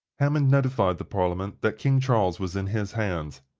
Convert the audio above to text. hammond notified the parliament that king charles was in his hands,